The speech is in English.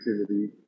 activity